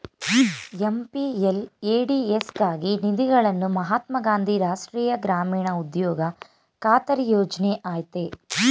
MPLADS ಗಾಗಿ ನಿಧಿಗಳನ್ನು ಮಹಾತ್ಮ ಗಾಂಧಿ ರಾಷ್ಟ್ರೀಯ ಗ್ರಾಮೀಣ ಉದ್ಯೋಗ ಖಾತರಿ ಯೋಜ್ನ ಆಯ್ತೆ